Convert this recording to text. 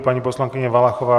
Paní poslankyně Valachová.